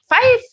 five